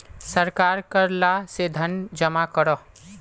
सरकार कर ला से धन जमा करोह